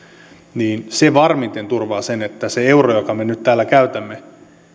se varmimmin turvaa sen että se euro jonka me nyt täällä käytämme